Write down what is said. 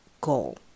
goal